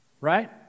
right